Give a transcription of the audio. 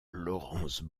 laurence